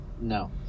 No